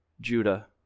Judah